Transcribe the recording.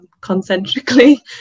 concentrically